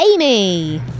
Amy